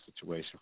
situation